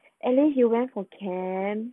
and then he went from camp